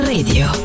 Radio